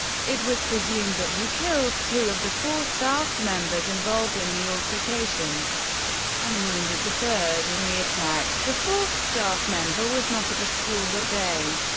it was presumed that he killed two of the four staff members involved in the altercation and wounded the third in the attack the fourth staff member was not at the school that day.